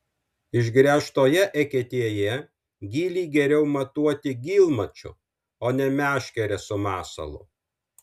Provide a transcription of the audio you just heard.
išgręžtoje eketėje gylį geriau matuoti gylmačiu o ne meškere su masalu